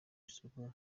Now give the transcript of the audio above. isoko